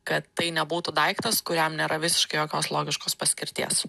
kad tai nebūtų daiktas kuriam nėra visiškai jokios logiškos paskirties